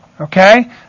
Okay